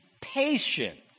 patient